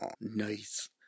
nice